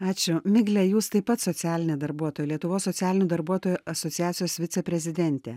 ačiū migle jūs taip pat socialinė darbuotoja lietuvos socialinių darbuotojų asociacijos viceprezidentė